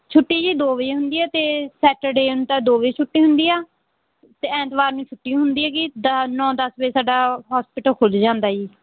ਛੁੱਟੀ ਜੀ ਦੋ ਵਜੇ ਹੁੰਦੀ ਹੈ ਅਤੇ ਸੈਟਰਡੇ ਨੂੰ ਤਾਂ ਦੋ ਵਜੇ ਛੁੱਟੀ ਹੁੰਦੀ ਆ ਅਤੇ ਐਤਵਾਰ ਨੂੰ ਛੁੱਟੀ ਹੁੰਦੀ ਹੈਗੀ ਦ ਨੌ ਦਸ ਵਜੇ ਸਾਡਾ ਹੋਸਪਿਟਲ ਖੁੱਲ੍ਹ ਜਾਂਦਾ ਜੀ